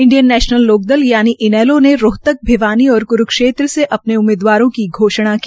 Indian National Lokdal ने रोहतक भिवानी और क्रूक्षेत्र से अपने उम्मीदवारों की घोषणा की